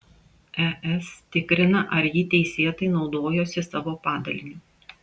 es tikrina ar ji teisėtai naudojosi savo padaliniu